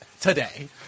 today